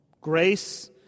Grace